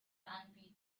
anbieten